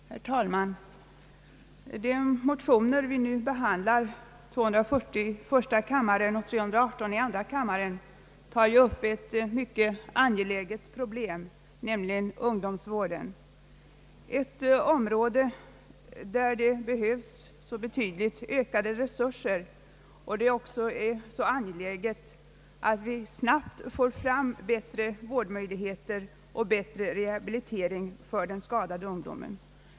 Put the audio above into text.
Herr talman! De motioner vi nu behandlar — I: 240 och II: 318 — tar ju upp ett mycket angeläget problem, nämligen ungdomsvården, ett område där det behövs betydligt ökade resurser och där det även är nödvändigt att vi snabbt får fram bättre vårdmöjligheter och bättre rehabiliteringsmöjligheter för den skadade ungdomen.